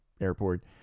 airport